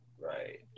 Right